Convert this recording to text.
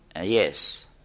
Yes